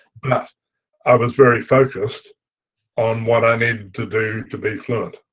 but i was very focused on what i needed to do to be fluent.